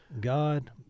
God